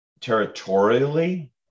territorially